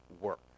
work